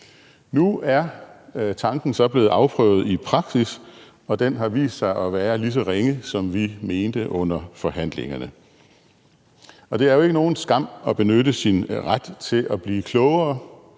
Nu er tanken så blevet afprøvet i praksis, og den har vist sig at være lige så ringe, som vi mente under forhandlingerne. Det er jo ikke nogen skam at benytte sin ret til at blive klogere,